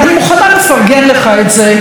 אני מוכנה לפרגן לך על זה,